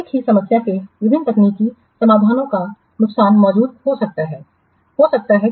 एक ही समस्या के विभिन्न तकनीकी समाधानों का नुकसान मौजूद हो सकता है